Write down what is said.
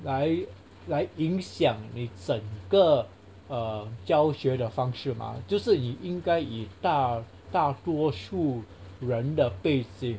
来来影响你整个 mm 教学的方式 mah 就是以应该以大大多数人的背景